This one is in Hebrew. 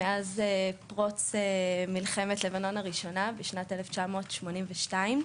מאז פרוץ מלחמת לבנון הראשונה, בשנת 1982,